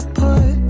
put